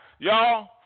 Y'all